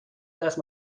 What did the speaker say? دست